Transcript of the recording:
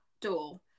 door